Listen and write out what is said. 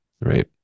right